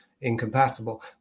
incompatible